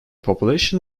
population